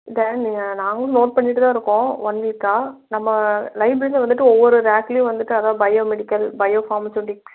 இந்த நீங்கள் நாங்களும் நோட் பண்ணிட்டுதான் இருக்கோம் ஒன் வீக்காக நம்ம லைப்ரரியில் வந்துவிட்டு ஒவ்வொரு ரேக்லேயும் வந்துவிட்டு அதாவது பயோ மெடிக்கல் பயோஃபார்மசூட்டிக்ஸ் அப்படி